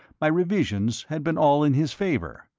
my revisions had been all in his favour.